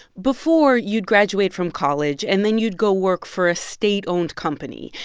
before, you'd graduate from college, and then you'd go work for a state-owned company.